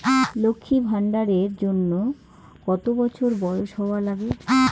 লক্ষী ভান্ডার এর জন্যে কতো বছর বয়স হওয়া লাগে?